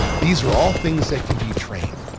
these are all things that can be trained.